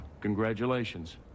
Congratulations